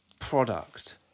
product